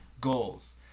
goals